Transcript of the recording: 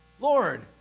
Lord